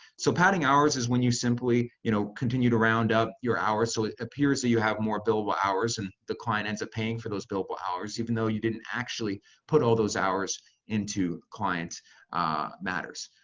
so padding hours is when you simply, you know, continue to round up your hours so it appears that you have more billable hours and the client ends up paying for those billable hours, even though you didn't actually put all those hours into client matters.